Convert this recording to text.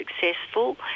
successful